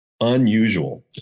unusual